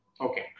Okay